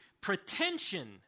pretension